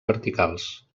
verticals